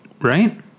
right